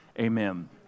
amen